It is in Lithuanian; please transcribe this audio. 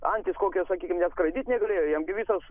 antys kokios sakykim net skraidyt negalėjo jom gi visos